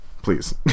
please